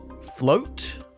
Float